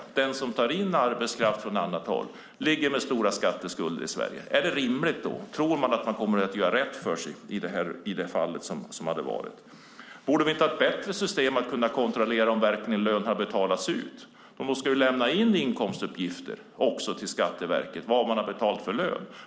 Är det rimligt att tro att den som tar in arbetskraft från annat håll och ligger med stora skatteskulder i Sverige kommer att göra rätt för sig? Borde vi inte ha ett bättre system för att kontrollera om lön verkligen har betalats ut? Man ska ju lämna in inkomstuppgifter till Skatteverket om vilken lön man har betalat ut.